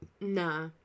nah